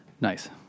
Nice